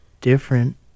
different